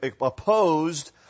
opposed